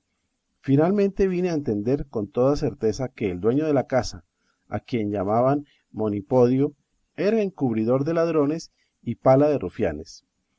finalmente vine a entender con toda certeza que el dueño de la casa a quien llamaban monipodio era encubridor de ladrones y pala de rufianes